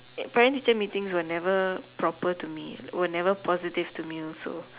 parents teacher meeting were never proper to me and never positive to me